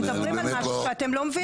אתם מדברים על משהו שאתם לא מבינים.